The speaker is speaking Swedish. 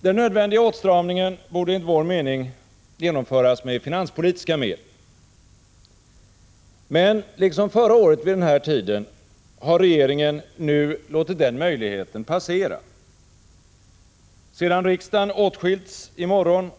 Den nödvändiga åtstramningen borde enligt vår mening genomföras med finanspolitiska medel. Men liksom förra året vid den här tiden har regeringen nu låtit den möjligheten passera. Sedan riksdagen åtskilts i morgon